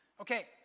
Okay